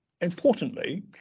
importantly